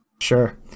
Sure